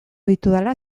ditudala